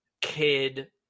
kid